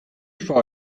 for